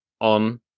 on